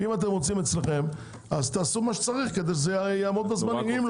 אז תעשו מה שצריך כדי שיעמוד בזמנים.